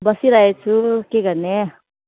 बसिरहेको छु के गर्ने